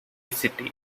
city